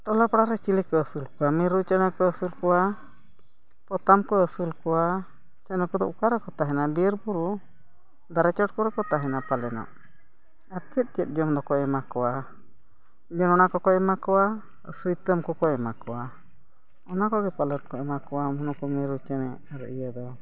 ᱴᱚᱞᱟ ᱯᱟᱲᱟᱨᱮ ᱪᱤᱞᱤ ᱯᱮ ᱟᱹᱥᱩᱞ ᱠᱚᱣᱟ ᱢᱤᱨᱩ ᱪᱮᱬᱮ ᱠᱚ ᱟᱹᱥᱩᱞ ᱠᱚᱣᱟ ᱯᱚᱛᱟᱢ ᱠᱚ ᱟᱹᱥᱩᱞ ᱠᱚᱣᱟ ᱥᱮ ᱱᱩᱠᱩ ᱫᱚ ᱚᱠᱟᱨᱮ ᱠᱚ ᱛᱟᱦᱮᱱᱟ ᱵᱤᱨᱼᱵᱩᱨᱩ ᱫᱟᱨᱮ ᱪᱚᱴ ᱠᱚᱨᱮ ᱠᱚ ᱛᱟᱦᱮᱱᱟ ᱯᱟᱞᱮᱱᱚᱜ ᱟᱨ ᱪᱮᱫ ᱪᱮᱫ ᱡᱚᱢ ᱫᱚᱠᱚ ᱮᱢᱟ ᱠᱚᱣᱟ ᱡᱮ ᱚᱱᱟ ᱠᱚᱠᱚ ᱮᱢᱟ ᱠᱚᱣᱟ ᱥᱩᱭᱛᱹᱢ ᱠᱚᱠᱚ ᱮᱢᱟ ᱠᱚᱣᱟ ᱚᱱᱟ ᱠᱚᱜᱮ ᱯᱟᱞᱮᱫ ᱠᱚ ᱮᱢᱟ ᱠᱚᱣᱟ ᱱᱩᱠᱩ ᱢᱤᱨᱩ ᱪᱮᱬᱮ ᱟᱨ ᱤᱭᱟᱹ ᱫᱚ